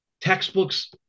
textbooks